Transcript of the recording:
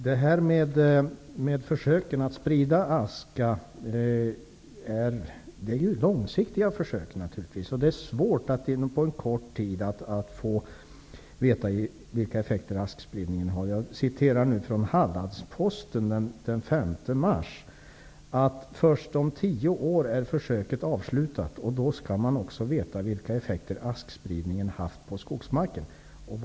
Herr talman! Försöken med spridning av aska är långsiktiga. Det är svårt att på kort tid få veta vilka effekter askspridningen får. I Hallandsposten av den 5 mars står det:''Först om tio år är försöket avslutat och då ska man också veta vilka effekter askspridningen haft på skogsmarken.''